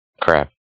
crap